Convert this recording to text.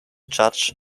judge